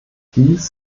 dies